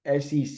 SEC